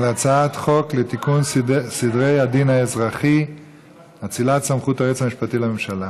הצעת חוק לתיקון סדרי הדין האזרחי (אצילת סמכות היועץ המשפטי לממשלה).